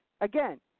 Again